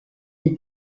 sui